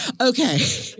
Okay